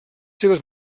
seves